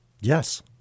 Yes